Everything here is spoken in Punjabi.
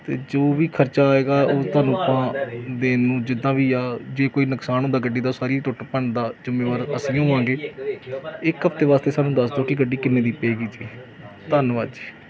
ਅਤੇ ਜੋ ਵੀ ਖਰਚਾ ਆਏਗਾ ਉਹ ਤੁਹਾਨੂੰ ਆਪਾਂ ਦੇਣ ਨੂੰ ਜਿੱਦਾਂ ਵੀ ਆ ਜੇ ਕੋਈ ਨੁਕਸਾਨ ਹੁੰਦਾ ਗੱਡੀ ਦਾ ਸਾਰੀ ਟੁੱਟ ਭੰਨ ਦਾ ਜ਼ਿੰਮੇਵਾਰ ਅਸੀਂ ਹੋਵਾਂਗੇ ਇੱਕ ਹਫਤੇ ਵਾਸਤੇ ਸਾਨੂੰ ਦੱਸ ਦਿਓ ਕਿ ਗੱਡੀ ਕਿੰਨੇ ਦੀ ਪਏਗੀ ਜੀ ਧੰਨਵਾਦ ਜੀ